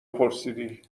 پرسیدی